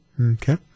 Okay